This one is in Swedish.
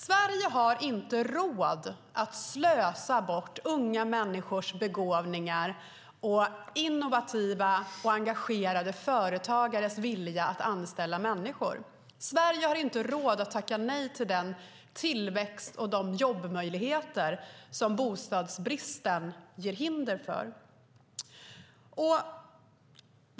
Sverige har inte råd att slösa bort unga människors begåvningar och innovativa och engagerade företagares vilja att anställa människor. Sverige har inte råd att tacka nej till den tillväxt och de jobbmöjligheter som bostadsbristen ger hinder för.